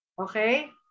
Okay